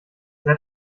seid